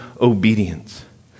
obedience